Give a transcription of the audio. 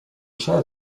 share